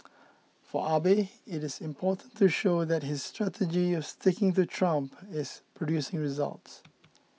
for Abe it is important to show that his strategy of sticking to Trump is producing results